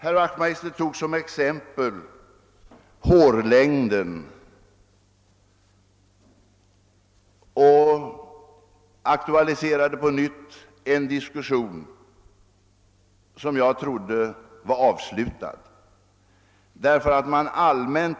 Som exempel tog herr Wachtmeister hårlängden, och han aktualiserade på nytt en diskussion som jag trodde var avslutad.